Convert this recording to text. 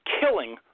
killing